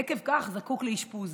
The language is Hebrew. ועקב כך זקוק לאשפוז.